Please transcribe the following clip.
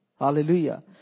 hallelujah